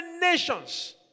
nations